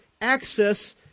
access